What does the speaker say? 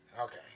Okay